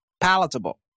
palatable